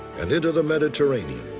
and into the mediterranean,